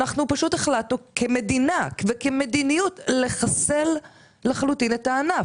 אנחנו פשוט החלטנו כמדינה וכמדיניות לחסל לחלוטין את הענף,